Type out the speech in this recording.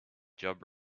job